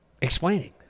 explaining